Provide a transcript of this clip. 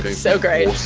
so great.